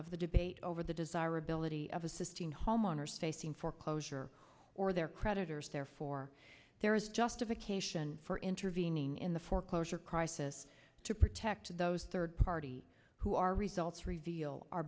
of the debate over the desirability of assisting homeowners facing foreclosure or their creditors therefore there is justification for intervening in the foreclosure crisis to protect those third party who are results reveal are